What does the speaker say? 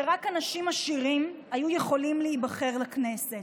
שרק אנשים עשירים היו יכולים להיבחר לכנסת,